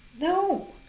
No